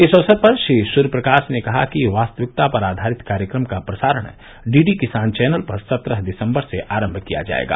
इस अवसर पर श्री सूर्यप्रकाश ने कहा कि वास्तविकता पर आधारित कार्यक्रम का प्रसारण डीडी किसान चैनल पर सत्रह दिसंबर से आरम किया जाएगा